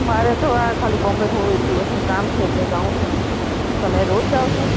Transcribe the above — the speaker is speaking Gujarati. મારે તો આ ખાલી બોમ્બે થોડુ એક દિવસનું કામ છે એટલે જાઉ છું તમે રોજ જાવ છો